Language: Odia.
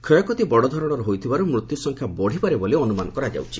କ୍ଷୟକ୍ଷତି ବଡ଼ଧରଣର ହୋଇଥିବାରୁ ମୃତ୍ୟୁସଂଖ୍ୟା ବଢ଼ିପାରେ ବୋଲି ଅନ୍ତମାନ କରାଯାଉଛି